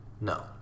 No